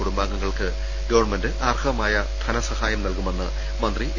കുടുംബാംഗങ്ങൾക്ക് ഗവൺമെന്റ് അർഹമായ ധനസഹായം നൽകുമെന്ന് മന്ത്രി എ